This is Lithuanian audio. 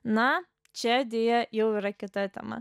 na čia deja jau yra kita tema